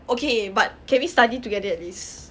okay but can we study together at least